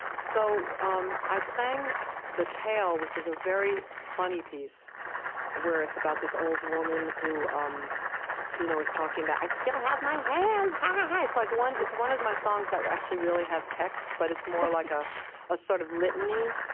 so um i sang the tale, which is a very funny piece where it's about this old woman who um you know is talking about i still have my hands, ha-ha-ha. it's like one one of my songs that actually really has text, but it's more like ah a sort of litany,